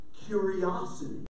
curiosity